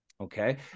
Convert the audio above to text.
okay